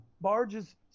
barges